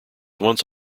once